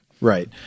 Right